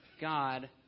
God